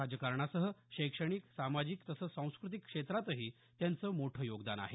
राजकारणासह शैक्षणिक सामाजिक तसंच सांस्कृतिक क्षेत्रातही त्यांचं मोठं योगदान आहे